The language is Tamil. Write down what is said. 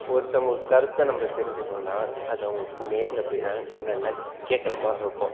ஒருத்தவங்க கருத்தை நம்ம தெரிஞ்சுக்கணுன்னா அது அவங்கள்ட்ட நேரில் போய் தான் நல்லா கேக்கிற மாதிரி இருக்கும்